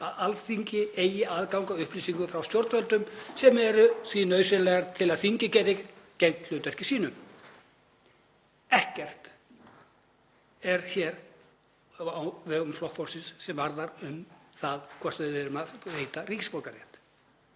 að Alþingi eigi aðgang að upplýsingum frá stjórnvöldum sem eru því nauðsynlegar til að þingið geti gegnt hlutverki sínu.“ Ekkert hér á vegum Flokks fólksins varðar það hvort við eigum að veita ríkisborgararétt.